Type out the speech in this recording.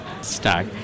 Stack